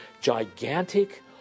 gigantic